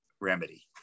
remedy